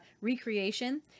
Recreation